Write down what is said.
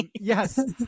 Yes